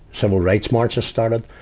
civil rights marches started.